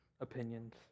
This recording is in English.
opinions